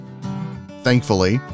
Thankfully